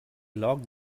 locked